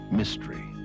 mystery